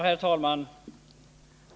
Herr talman!